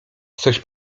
coś